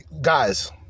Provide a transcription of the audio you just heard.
Guys